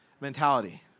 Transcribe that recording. mentality